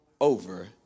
over